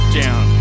down